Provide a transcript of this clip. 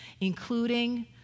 including